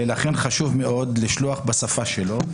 לכן חשוב מאוד לשלוח בשפה שלו.